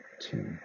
two